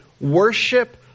worship